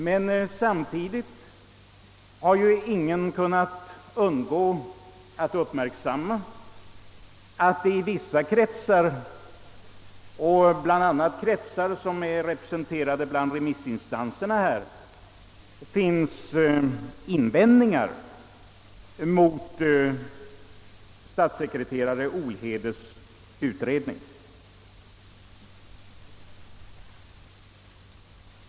Men ingen har ju kunnat undgå att uppmärksamma att det i vissa kretsar — som även är representerade bland remissinstanserna här — rests invändningar mot statssekreterare Olhedes utredning.